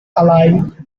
alive